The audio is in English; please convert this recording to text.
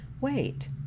wait